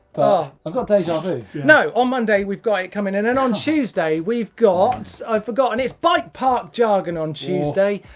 ah i've got ah deva-ju. no, on monday we've got it coming in. and on tuesday we've got, i've forgotten, it's bike park jargon on tuesday.